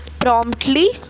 promptly